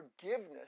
forgiveness